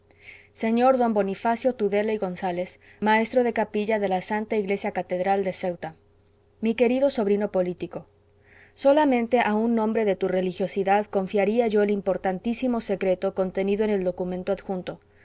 sr d bonifacio tudela y gonzalez maestro de capilla de la santa iglesia catedral de ceuta mi querido sobrino político solamente a un hombre de tu religiosidad confiaría yo el importantísimo secreto contenido en el documento adjunto